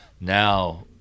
Now